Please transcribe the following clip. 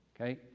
Okay